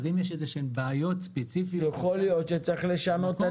אם יש בעיות ספציפיות --- יכול להיות שצריך לשנות את